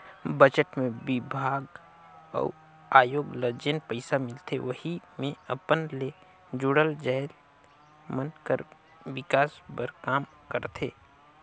budget मे बिभाग अउ आयोग ल जेन पइसा मिलथे वहीं मे अपन ले जुड़ल जाएत मन कर बिकास बर काम करथे